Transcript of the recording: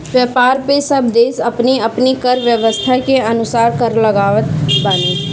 व्यापार पअ सब देस अपनी अपनी कर व्यवस्था के अनुसार कर लगावत बाने